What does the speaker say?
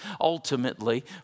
Ultimately